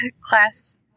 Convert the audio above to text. class